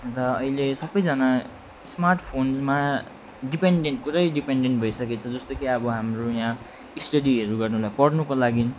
अन्त अहिले सबैजना स्मार्टफोनमा डिपेन्डेन्ट पुरै डिपेन्डेन्ट भइसकेछ जस्तो कि अब हाम्रो यहाँ स्टडीहरू गर्न पढ्नुको लागि